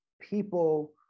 people